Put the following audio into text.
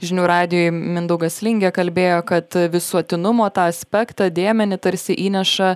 žinių radijui mindaugas lingė kalbėjo kad visuotinumo tą aspektą dėmenį tarsi įneša